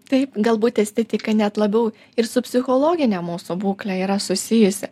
taip galbūt estetika net labiau ir su psichologine mūsų būkle yra susijusi